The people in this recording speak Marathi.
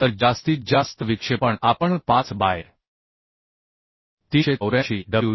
तर जास्तीत जास्त विक्षेपण आपण 5 बाय 384WL